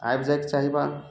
आबि जाइके चाही बान्ह